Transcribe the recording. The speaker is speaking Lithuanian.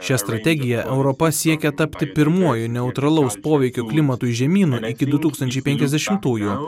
šia strategija europa siekia tapti pirmuoju neutralaus poveikio klimatui žemynu iki du tūkstančiai penkiasdešimtųjų